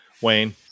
Wayne